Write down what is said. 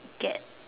get